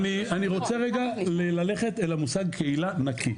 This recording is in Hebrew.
אני רוצה רגע ללכת למושג קהילה נקי.